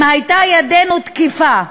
אם הייתה ידנו תקיפה,